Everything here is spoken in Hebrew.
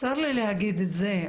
צר לי להגיד את זה,